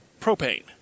Propane